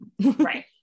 Right